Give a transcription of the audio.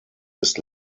ist